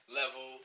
level